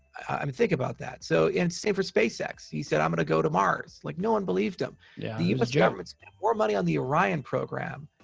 i mean, think about that. so, in sanford, spacex, he said, i'm gonna go to mars. like no one believed him. yeah. the us government poured money on the orion program,